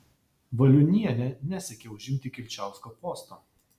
valiunienė nesiekė užimti kilčiausko posto